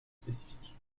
spécifiques